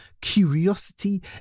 curiosity